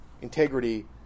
integrity